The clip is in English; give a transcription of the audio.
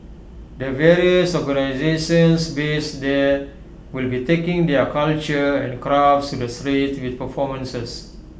the various organisations based there will be taking their culture and crafts to the streets with performances